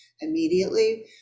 immediately